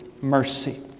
mercy